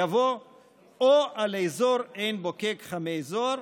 יבוא "או על אזור עין בוקק-חמי זוהר",